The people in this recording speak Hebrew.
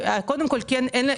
קודם כל אני כן חושבת